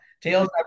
Tails